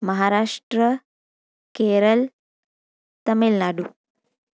Maharashtra Kerala Tamil Nadu